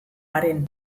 aren